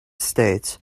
states